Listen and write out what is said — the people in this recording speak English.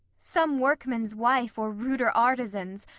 some workman's wife, or ruder artisan's,